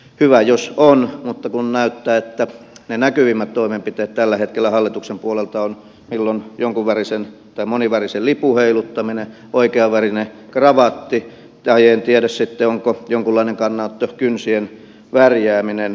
hyvä jos on mutta näyttää että ne näkyvimmät toimenpiteet tällä hetkellä hallituksen puolelta ovat milloin jonkun värisen tai monivärisen lipun heiluttaminen oikeanvärinen kravatti tai en tiedä sitten onko jonkunlainen kannanotto kynsien värjääminen